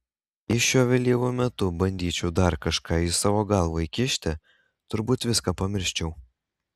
jei šiuo vėlyvu metu bandyčiau dar kažką į savo galvą įkišti turbūt viską pamirščiau